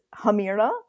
Hamira